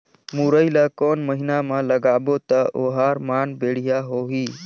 मुरई ला कोन महीना मा लगाबो ता ओहार मान बेडिया होही?